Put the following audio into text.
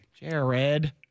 Jared